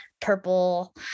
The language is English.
purple